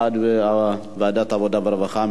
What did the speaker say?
הוא בעד ועדת העבודה והרווחה,